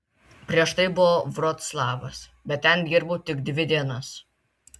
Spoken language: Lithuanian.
prieš tai buvo vroclavas bet ten dirbau tik dvi dienas